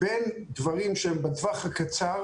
בין דברים שהם בטווח הקצר,